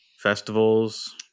Festivals